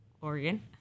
Oregon